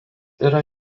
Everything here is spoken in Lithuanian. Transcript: yra